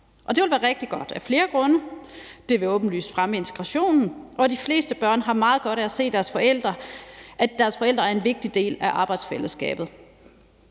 Det vil være rigtig godt af flere grunde: Det vil åbenlyst fremme integrationen, og de fleste børn har meget godt af at se, at deres forældre er en vigtig del af arbejdsfællesskabet.